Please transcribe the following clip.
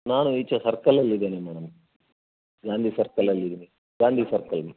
ನಾನು ಈಚೆ ಸರ್ಕಲ್ ಅಲ್ಲಿ ಇದ್ದೀನಿ ಮೇಡಮ್ ಗಾಂಧಿ ಸರ್ಕಲ್ ಅಲ್ಲಿದ್ದೀನಿ ಗಾಂಧಿ ಸರ್ಕಲ್